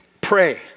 pray